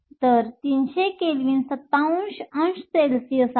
तर 300 केल्विन 27 अंश सेल्सिअस आहे